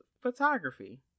photography